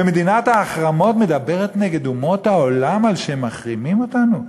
ומדינת ההחרמות מדברת נגד אומות העולם על שהם מחרימים אותנו?